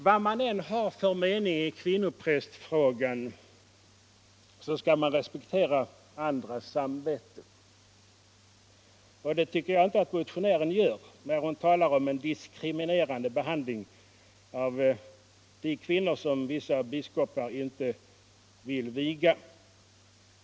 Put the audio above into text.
Vad man än har för mening i kvinnoprästfrågan så skall man respektera andras samvete. Det tycker jag inte att motionären gör, när hon talar om en ”diskriminerande behandling” av de kvinnor som vissa biskopar inte vill viga.